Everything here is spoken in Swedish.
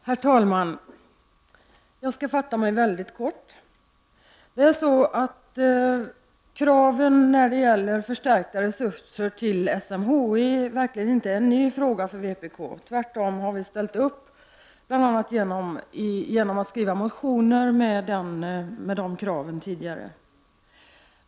Herr talman! Jag skall fatt mig mycket kort. Kraven på förstärkning av resurserna till SMHI är verkligen ingenting nytt för vpk. Tvärtom har vi ställt sådana krav tidigare.